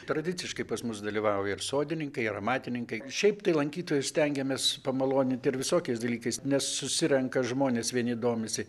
tradiciškai pas mus dalyvauja ir sodininkai ir amatininkai šiaip tai lankytojus stengiamės pamaloninti ir visokiais dalykais nes susirenka žmonės vieni domisi